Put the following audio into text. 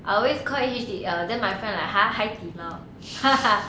I always called it H_D_L then my friend like !huh! 海底捞 ah